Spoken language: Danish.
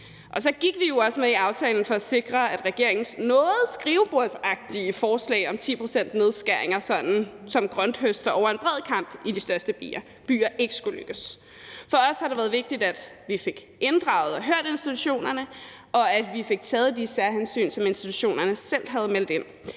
Og så gik vi jo også med i aftalen for at sikre, at regeringens noget skrivebordsagtige forslag om 10-procentsnedskæringer sådan som en grønthøster over en bred kam i de største byer ikke skulle lykkes. For os har det været vigtigt, at vi fik inddraget og hørt institutionerne, og at vi fik taget de særhensyn, som institutionerne selv havde meldt ind